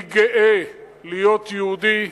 אני גאה להיות יהודי,